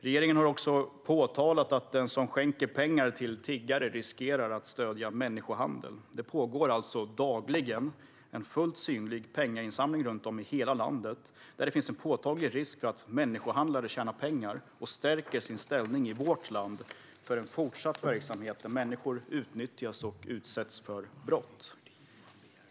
Regeringen har också påtalat att den som skänker pengar till tiggare riskerar att stödja människohandel. Det pågår alltså dagligen en fullt synlig pengainsamling runt om i hela landet; det finns en påtaglig risk för att människohandlare tjänar pengar och stärker sin ställning i vårt land genom en verksamhet där människor utnyttjas och utsätts för brott.